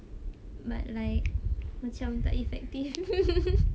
but like macam tak effective